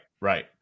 right